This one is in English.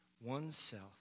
oneself